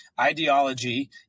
ideology